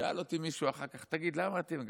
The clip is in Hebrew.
שאל אותי מישהו אחר כך: תמיד למה אתם גם,